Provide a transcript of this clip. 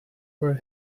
were